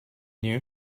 new